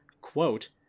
quote